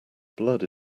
blood